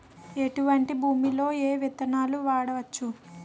ఎటువంటి భూమిలో ఏ విత్తనాలు వాడవచ్చు?